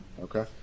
okay